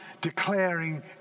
declaring